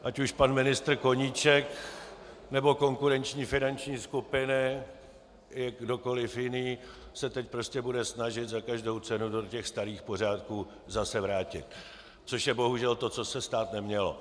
Ať už pan ministr Koníček, nebo konkurenční finanční skupiny i kdokoli jiný se teď prostě bude snažit za každou cenu to do těch starých pořádků zase vrátit, což je bohužel to, co se stát nemělo.